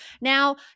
Now